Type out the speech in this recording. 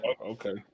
okay